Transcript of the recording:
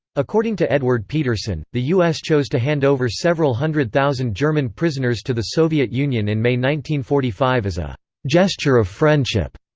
according to edward peterson, the u s. chose to hand over several hundred thousand german prisoners to the soviet union in may one forty five as a gesture of friendship.